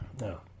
No